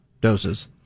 doses